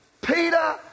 Peter